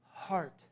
heart